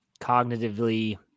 cognitively